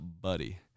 buddy